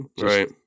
Right